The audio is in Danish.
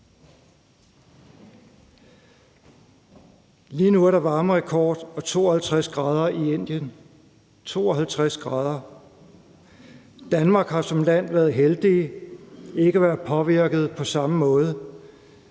Lige nu er der varmerekord og 52 grader i Indien – 52 grader. Danmark har som land været heldigt ikke at være påvirket på samme måde,